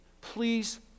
Please